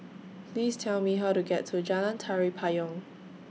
Please Tell Me How to get to Jalan Tari Payong